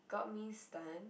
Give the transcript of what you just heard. got me stun